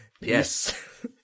Yes